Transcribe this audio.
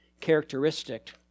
characteristic